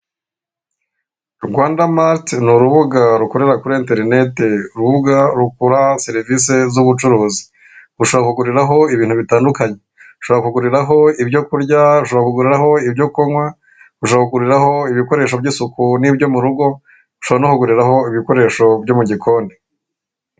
Rwanda mati ni urubuga rukorera kuri interinete, urubuga rukora serivisi z'ubucuruzi. Ushobora kuguriraho ibintu bitandukanye, ushobora kuguriraho ibyo kurya ,ushobora kuguriraho ibyo kunywa , ushobora kuguriraho ibikoresho by'isuku n'ibyo mu rugo ,ushobora no kuguriraho ibikoresho byo mu gikoni.